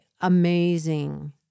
amazing